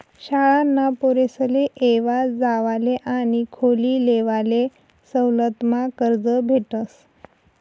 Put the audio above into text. शाळाना पोरेसले येवा जावाले आणि खोली लेवाले सवलतमा कर्ज भेटस